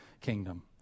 kingdom